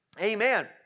Amen